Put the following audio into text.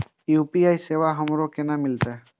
UPI सेवा हमरो केना मिलते?